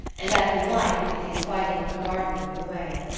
and that if we liked we could see the fighting from a garden over the way.